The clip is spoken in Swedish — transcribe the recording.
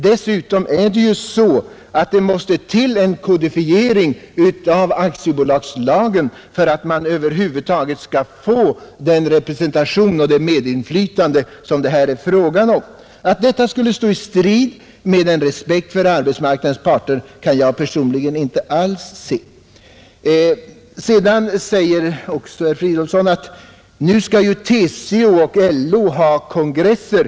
Dessutom behövs det en kodifiering av aktiebolagslagen för att man över huvud taget skall få den representation och det medinflytande som det här är fråga om. Att detta skulle stå i strid med respekten för arbetsmarknadens parter kan jag personligen inte alls se. Herr Fridolfsson säger också att TCO och LO skall ha kongresser.